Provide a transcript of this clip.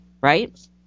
right